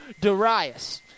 Darius